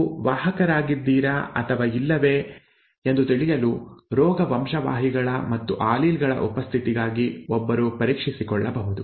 ನೀವು ವಾಹಕರಾಗಿದ್ದೀರಾ ಅಥವಾ ಇಲ್ಲವೇ ಎಂದು ತಿಳಿಯಲು ರೋಗ ವಂಶವಾಹಿಗಳ ಮತ್ತು ಆಲೀಲ್ ಗಳ ಉಪಸ್ಥಿತಿಗಾಗಿ ಒಬ್ಬರು ಪರೀಕ್ಷಿಸಿಕೊಳ್ಳಬಹುದು